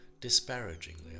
disparagingly